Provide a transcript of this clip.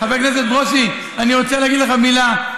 חבר הכנסת ברושי, אני רוצה להגיד לך מילה.